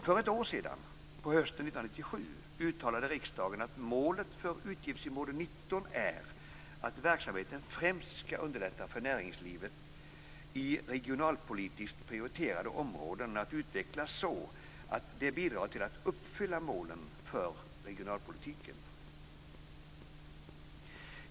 För ett år sedan, på hösten 1997, uttalade riksdagen att målet för utgiftsområde 19 är att verksamheten främst skall underlätta för näringslivet i regionalpolitiskt prioriterade områden att utvecklas så att det bidrar till att uppfylla målen för regionalpolitiken.